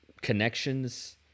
connections